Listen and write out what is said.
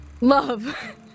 Love